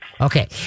Okay